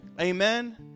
Amen